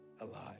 alive